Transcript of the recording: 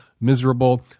miserable